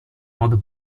modo